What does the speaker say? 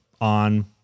on